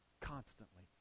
constantly